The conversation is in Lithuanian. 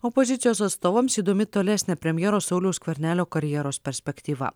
opozicijos atstovams įdomi tolesnė premjero sauliaus skvernelio karjeros perspektyva